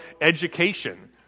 education